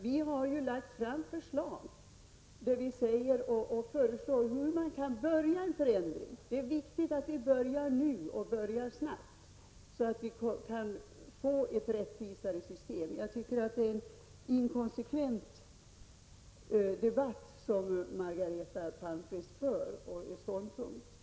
Vi har lagt fram förslag om hur man skall påbörja en förändring — det är viktigt att vi börjar nu och gör det snabbt, så att vi kan få till stånd ett rättvisare system. Jag tycker att Margareta Palmqvists ståndpunkt är inkonsekvent.